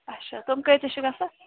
اَچھا تِم کۭتِس چھِ گژھان